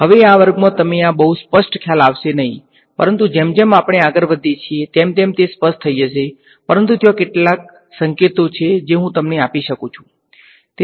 હવે આ વર્ગમાં તમને આ બહુ સ્પષ્ટ ખ્યાલ આવશે નહી પરંતુ જેમ જેમ આપણે આગળ વધીએ તેમ તેમ તે સ્પષ્ટ થઈ જશે પરંતુ ત્યાં કેટલાક સંકેતો છે જે હું તમને આપી શકું છું